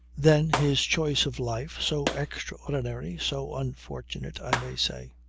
then his choice of life so extraordinary, so unfortunate, i may say.